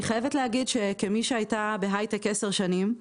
אני חייבת לומר כמי שהייתה 10 שנים בהיי-טק,